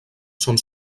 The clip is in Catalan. són